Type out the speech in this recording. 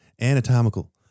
Anatomical